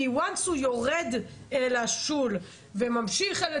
ראיתי גם את